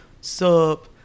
sup